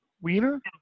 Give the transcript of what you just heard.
wiener